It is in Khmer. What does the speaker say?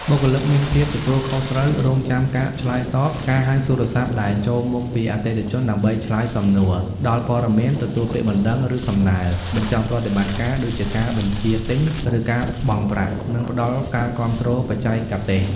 បុគ្គលិកមានភាពទទួលខុសត្រូវ រងចាំការឆ្លើយតបការហៅទូរស័ព្ទដែលចូលមកពីអតិថិជនដើម្បីឆ្លើយសំណួរ ផ្ដល់ព័ត៌មាន ទទួលពាក្យបណ្ដឹង ឬសំណើ បញ្ចប់ប្រតិបត្តិការ ដូចជាការបញ្ជាទិញ ឬការបង់ប្រាក់ និងផ្ដល់ការគាំទ្របច្ចេកទេស។